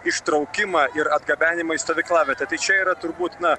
ištraukimą ir atgabenimą į stovyklavietę tai čia yra turbūt na